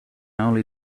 only